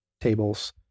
tables